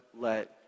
let